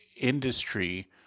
industry